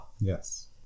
Yes